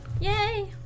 Yay